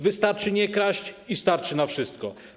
Wystarczy nie kraść i starczy na wszystko.